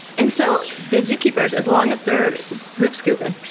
and so the zookeepers, as long as they're poop scooping,